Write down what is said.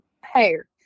hair